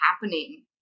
happening